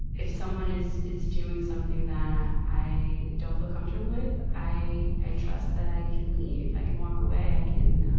if someone is, is doing something that i don't feel comfortable with, i, i trust that i can leave, i can walk away. i can,